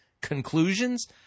conclusions